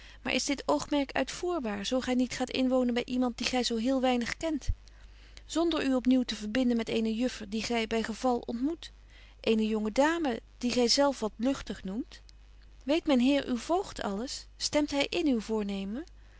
maar is dit oogmerk uitvoerbaar zo gy niet gaat inwonen by iemand die gy zo heel weinig kent zonder u op nieuw te verbinden met eene juffer die gy by geval ontmoet eene jonge dame die gy zelf wat luchtig noemt weet myn heer uw voogd alles stemt hy in uw voornemen